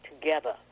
together